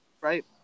right